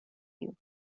you